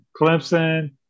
Clemson